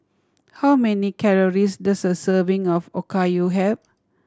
how many calories does a serving of Okayu have